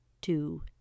two